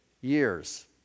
years